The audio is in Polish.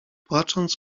płacząc